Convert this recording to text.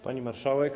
Pani Marszałek!